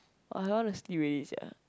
I want to sleep already sia